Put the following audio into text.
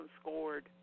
scored